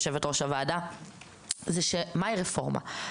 יושבת-ראש הוועדה מהי רפורמה.